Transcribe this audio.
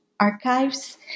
archives